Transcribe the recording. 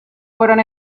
fueron